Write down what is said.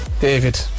David